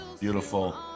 beautiful